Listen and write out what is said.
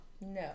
No